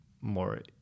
more